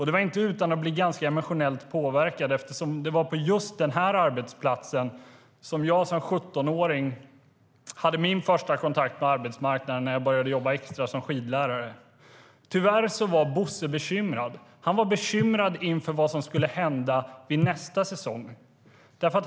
Det var inte utan att jag blev ganska emotionellt påverkad eftersom det var på just den arbetsplatsen jag som 17-åring hade min första kontakt med arbetsmarknaden när jag började jobba extra som skidlärare. Tyvärr var Bosse bekymrad. Han var bekymrad inför vad som skulle hända nästa säsong.